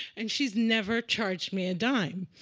and she's never charged me a dime.